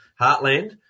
heartland